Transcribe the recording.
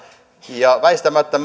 ja väistämättä